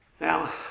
Now